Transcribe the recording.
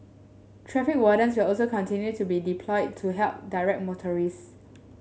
traffic wardens will also continue to be deployed to help direct motorist